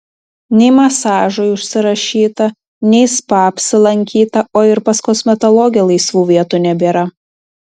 nei masažui užsirašyta nei spa apsilankyta o ir pas kosmetologę laisvų vietų nebėra